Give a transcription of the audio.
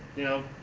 you know,